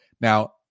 Now